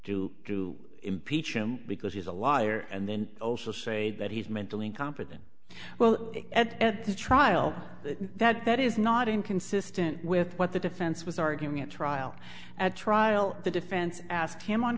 due to impeach him because he's a liar and then also say that he's mentally incompetent well at the trial that that is not inconsistent with what the defense was arguing at trial at trial the defense asked him on